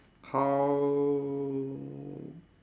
how